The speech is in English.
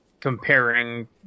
comparing